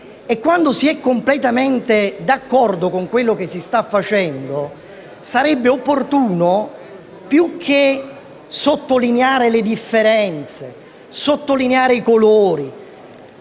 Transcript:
Quando si è completamente d'accordo con quello che si sta facendo, più che sottolineare le differenze, i colori,